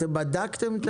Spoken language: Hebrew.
אתם בדקתם?